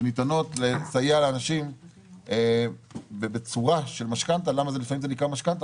שניתנות לסייע לאנשים ובצורה של משכנתא למה לפעמים זה נקרא משכנתא?